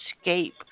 escape